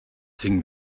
sing